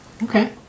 Okay